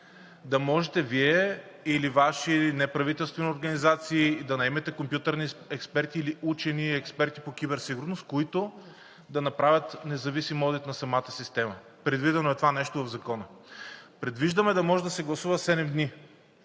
да можете Вие или Ваши неправителствени организации да наемете компютърни експерти или учени и експерти по киберсигурност, които да направят независим одит на самата система. Предвидено е това нещо в Закона. Предвиждаме да може да се гласува седем